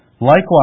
Likewise